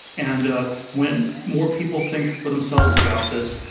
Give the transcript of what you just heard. and ah when more people think for themselves about this,